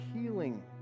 healing